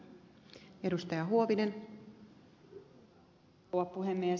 arvoisa rouva puhemies